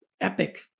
epic